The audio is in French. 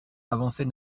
avançait